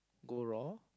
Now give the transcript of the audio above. go raw